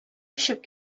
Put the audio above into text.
очып